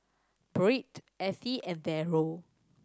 Byrd Ettie and Daryl